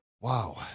Wow